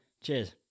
Cheers